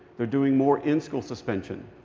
they're doing more in-school suspension.